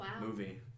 movie